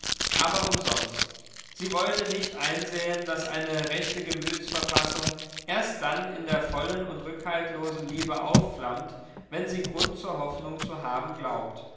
aber umsonst sie wollte nicht einsehen daß eine rechte gemütsverfassung erst dann in der vollen und rückhaltlosen liebe aufflammt wenn sie grund zur hoffnung zu haben glaubt